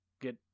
get